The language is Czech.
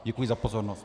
Děkuji za pozornost.